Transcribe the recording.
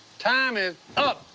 time is up.